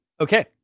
okay